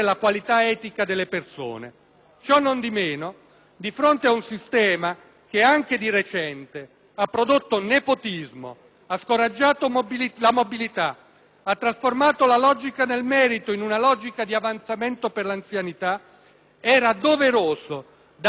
Ciò nondimeno, di fronte ad un sistema che anche di recente ha prodotto nepotismo, ha scoraggiato la mobilità, ha trasformato la logica di merito in una logica di avanzamento per anzianità, era doveroso dare un segno di discontinuità.